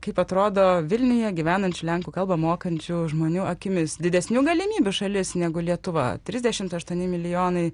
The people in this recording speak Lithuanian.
kaip atrodo vilniuje gyvenančių lenkų kalbą mokančių žmonių akimis didesnių galimybių šalis negu lietuva trisdešimt aštuoni milijonai